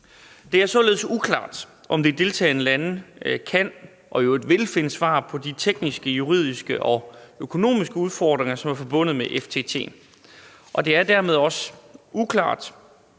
Det er således uklart, om de deltagende lande kan og i øvrigt vil finde svar på de tekniske, juridiske og økonomiske udfordringer, som er forbundet med FTT'en. Det er dermed også uklart,